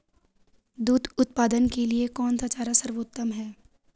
दूध उत्पादन के लिए कौन सा चारा सर्वोत्तम है?